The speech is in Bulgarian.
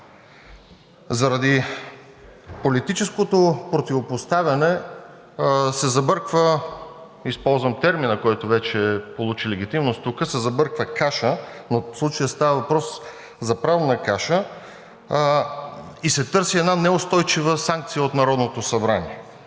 Заради политическото противопоставяне се забърква – използвам термина „каша“, който вече получи легитимност, но в случая става въпрос за правна каша и се търси една неустойчива санкция от Народното събрание.